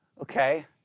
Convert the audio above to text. Okay